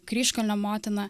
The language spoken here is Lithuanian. kryžkalnio motina